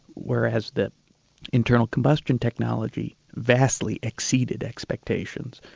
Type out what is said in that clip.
whereas the internal combustion technology vastly exceeded expectations.